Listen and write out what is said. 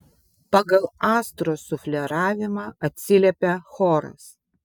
pagal astros sufleravimą atsiliepia choras